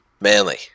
Manly